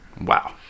Wow